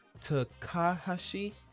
Takahashi